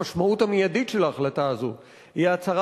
המשמעות המיידית של ההחלטה הזאת היא הצרת